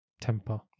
temper